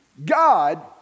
God